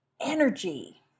energy